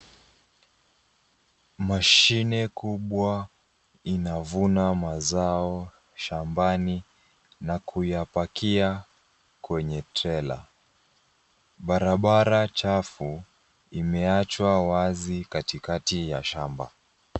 Mashine kubwa inavuna mazao shambani na kuyapakia kwenye trela. Barabara chafu imeachwa wazi katikati ya shamba.